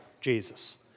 Jesus